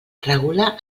regula